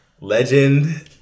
legend